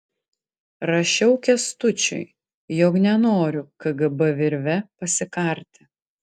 rašiau kęstučiui jog nenoriu kgb virve pasikarti